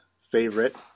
favorite